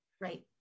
Right